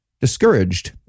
discouraged